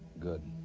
good.